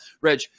Reg